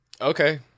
Okay